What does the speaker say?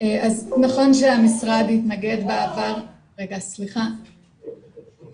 אכן המשרד התנגד בעבר למרשם פתוח עם כל השמות של עברייני